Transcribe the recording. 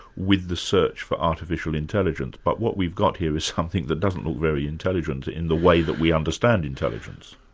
with the search for artificial intelligence. but what we've got here is something that doesn't look very intelligent in the way that we understand intelligence.